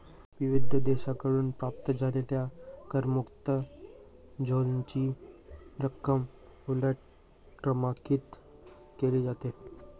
विविध देशांकडून प्राप्त झालेल्या करमुक्त झोनची रक्कम उलट क्रमांकित केली जाते